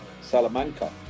Salamanca